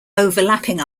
overlapping